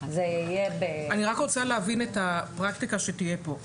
אני רק רוצה להבין את הפרקטיקה שתהיה פה.